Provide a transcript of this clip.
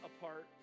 apart